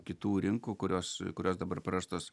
kitų rinkų kurios kurios dabar prarastos